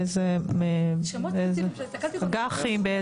באיזה אג"חים.